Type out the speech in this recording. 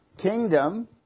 kingdom